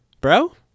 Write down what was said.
Bro